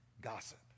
gossip